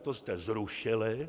To jste zrušili.